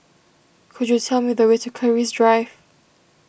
could you tell me the way to Keris Drive